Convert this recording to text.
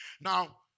Now